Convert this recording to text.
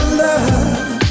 love